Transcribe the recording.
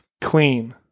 Clean